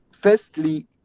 Firstly